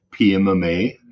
PMMA